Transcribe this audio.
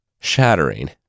shattering